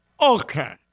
okay